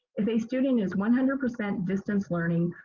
if a student is one hundred percent distance learning,